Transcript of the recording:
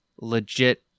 legit